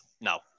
no